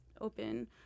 open